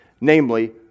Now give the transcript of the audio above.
namely